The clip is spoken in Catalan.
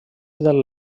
del